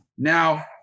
Now